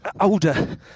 older